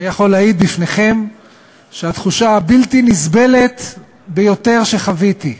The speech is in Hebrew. אני יכול להעיד בפניכם שהתחושה הבלתי-נסבלת ביותר שחוויתי,